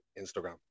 Instagram